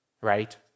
right